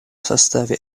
составе